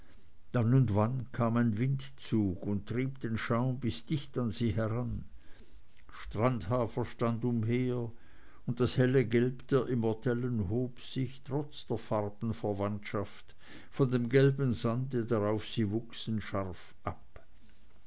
dann und wann kam ein windzug und trieb den schaum bis dicht an sie heran strandhafer stand umher und das helle gelb der immortellen hob sich trotz der farbenverwandtschaft von dem gelben sand darauf sie wuchsen scharf ab